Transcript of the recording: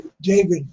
David